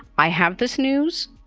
i have this news,